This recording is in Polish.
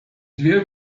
dwie